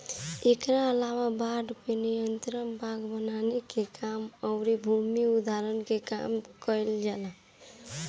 एकरा अलावा बाढ़ पे नियंत्रण, बांध बनावे के काम अउरी भूमि उद्धार के काम कईल जाला